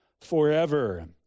forever